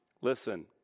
Listen